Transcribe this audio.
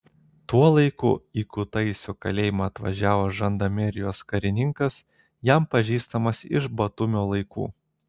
tuo laiku į kutaisio kalėjimą atvažiavo žandarmerijos karininkas jam pažįstamas iš batumio laikų